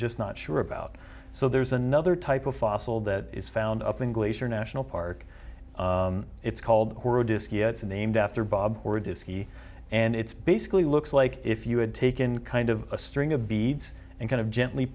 just not sure about so there's another type of fossil that is found up in glacier national park it's called it's named after bob or disk and it's basically looks like if you had taken kind of a string of beads and kind of gently